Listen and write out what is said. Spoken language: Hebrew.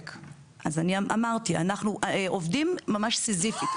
אמרתי, אנחנו עובדים ממש סיזיפית.